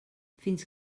fins